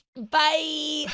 bye.